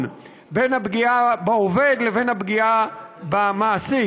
בין הפגיעה בעובד לבין הפגיעה במעסיק.